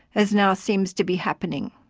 as now seems to be happening!